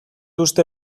uste